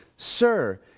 Sir